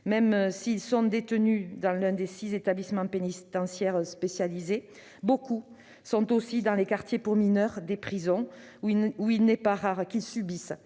eux sont détenus dans un des six établissements pénitentiaires spécialisés, beaucoup se trouvent dans les quartiers pour mineurs des prisons, où il n'est pas rare qu'ils subissent